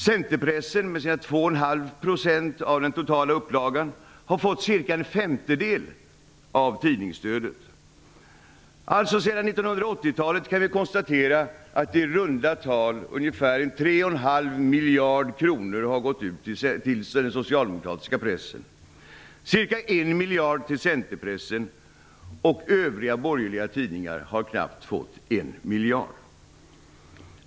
Centerpressen, med 2,5 % av den totala upplagan, har fått ca en femtedel av tidningsstödet. Sedan 1980-talet har i runda tal 3,5 miljarder gått ut till den socialdemokratiska pressen, ca 1 miljard till centerpressen, och övriga borgerliga tidningar har knappt fått 1 miljard.